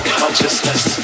consciousness